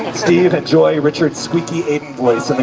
steve, enjoy richard's squeaky alien voice,